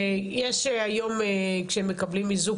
יש היום כשמקבלים איזוק,